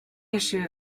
issue